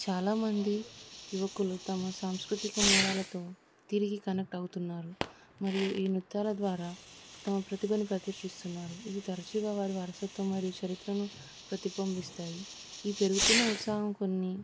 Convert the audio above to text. చాలామంది యువకులు తమ సాంస్కృతిక మూలాలతో తిరిగి కనెక్ట్ అవుతున్నారు మరియు ఈ నృత్యాల ద్వారా తమ ప్రతిభను ప్రదర్శిస్తున్నారు ఇవి తరచుగా వారి వారసత్వ మరియు చరిత్రను ప్రతిబింబిస్తాయి ఈ పెరుగుతున్న ఉత్సాహం కొన్ని